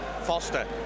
foster